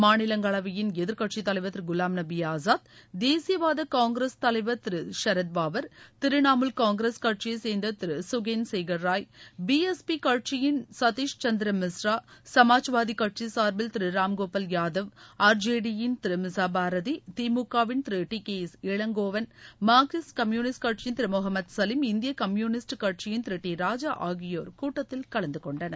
மாநிலங்களவையின் எதிர்க்கட்சி தலைவர் திரு குலாம் நபி ஆசாத் தேசிய வாத காங்கிரஸ் தலைவர் திரு ஷரத்பாவா் திரிணாமுல் காங்கிரஸ் கட்சியைச் சேர்ந்த திரு ககேந்து Sekhar Roy B S P கட்சியின் சதிஷ் சந்திர மிஸ்ரா சுமாஜ்வாதி கட்சி சார்பில் திரு ராமகோபால் யாதவ் ஆர் ஜே டியின் திரு மிஸா பாரதி திமுகவின் திரு T K S Elangovan Marxist Communist கட்சியின் திரு முகமது சலீம் இந்திய கம்யூனிஸ்ட் கட்சியிள் திரு டி ராஜா ஆகியோர் கூட்டத்தில் கலந்துகொண்டனர்